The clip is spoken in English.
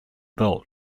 built